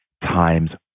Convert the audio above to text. times